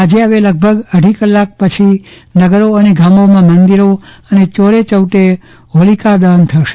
આજે હવે લગભગ અઢી કલાક પછી નગરો અને ગામોમાં મંદિરો અને ચોરે ચૌટે હોલીકા દહન થશે